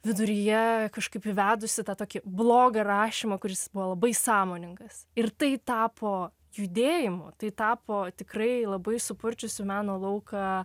viduryje kažkaip įvedusi tokį blogą rašymo kuris buvo labai sąmoningas ir tai tapo judėjimo tai tapo tikrai labai supurčiusiu meno lauką